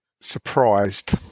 surprised